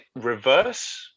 reverse